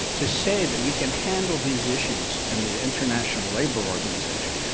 to say that we can handle these issues in the international labor organization,